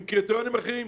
עם קריטריונים אחרים,